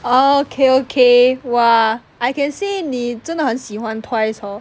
orh okay okay !wah! I can say 你真的很喜欢 twice hor